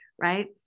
right